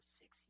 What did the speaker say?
six